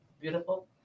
beautiful